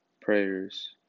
Prayers